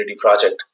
project